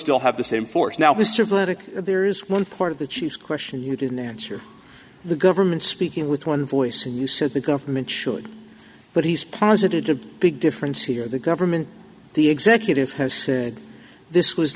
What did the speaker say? still have the same force now mr burdick there is one part of the cheese question you didn't answer the government speaking with one voice when you said the government should but he's posited to big difference here the government the executive has said this was